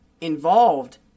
involved